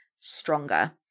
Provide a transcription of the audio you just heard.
stronger